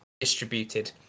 distributed